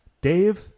Dave